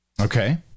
Okay